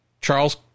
charles